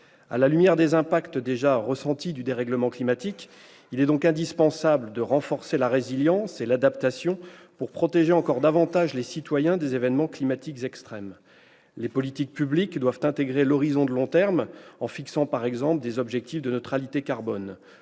À la lumière des impacts déjà ressentis du dérèglement climatique, il est indispensable de renforcer la résilience et l'adaptation pour protéger encore davantage les citoyens des événements climatiques extrêmes. Les politiques publiques doivent intégrer l'horizon de long terme en fixant, par exemple, des objectifs de neutralité carbone.